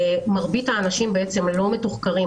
מרבית האנשים בעצם לא מתוחקרים.